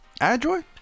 Android